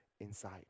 inside